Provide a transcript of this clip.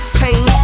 pain